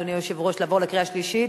אדוני היושב-ראש, לעבור לקריאה שלישית?